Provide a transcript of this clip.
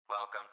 Welcome